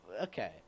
Okay